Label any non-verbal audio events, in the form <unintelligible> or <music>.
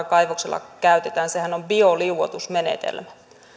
<unintelligible> kaivoksella käytetään sehän on bioliuotusmenetelmä